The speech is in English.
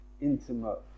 intimate